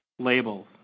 labels